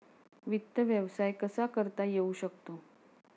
वित्त व्यवसाय कसा करता येऊ शकतो?